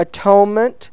atonement